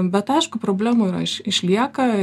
bet aišku problemų yra iš išlieka